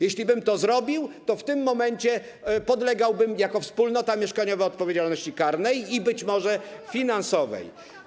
Jeśli bym to zrobił, to w tym momencie podlegałbym jako wspólnota mieszkaniowa odpowiedzialności karnej i być może finansowej.